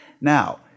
Now